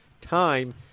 time